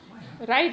why ah